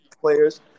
players